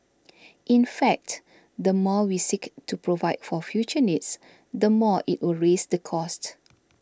in fact the more we seek to provide for future needs the more it will raise the cost